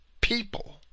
people